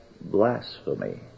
blasphemy